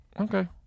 Okay